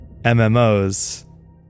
mmos